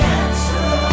answer